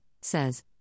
says